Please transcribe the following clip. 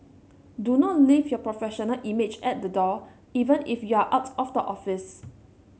do not leave your professional image at the door even if you are out of the office